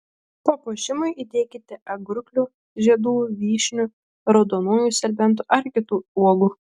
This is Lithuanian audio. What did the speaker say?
papuošimui įdėkite agurklių žiedų vyšnių raudonųjų serbentų ar kitų uogų